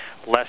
less